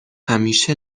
همیشه